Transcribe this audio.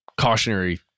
cautionary